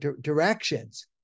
directions